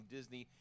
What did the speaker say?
Disney